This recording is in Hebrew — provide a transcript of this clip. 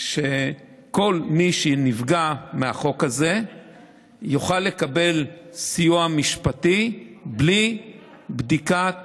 שכל מי שנפגע מהחוק הזה יוכל לקבל סיוע משפטי בלי הבדיקה